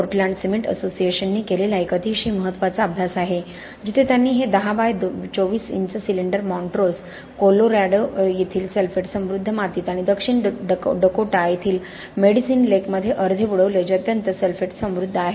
Portland cement असोसिएशनने केलेला एक अतिशय महत्त्वाचा अभ्यास आहे जिथे त्यांनी हे 10 by 24 inch cylinder Montrose Colorado येथील सल्फेट समृद्ध मातीत आणि दक्षिण डकोटा येथील मेडिसिन लेकमध्ये अर्धे बुडवले जे अत्यंत सल्फेट समृद्ध आहे